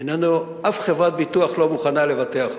אף חברת ביטוח לא מוכנה לבטח אותו,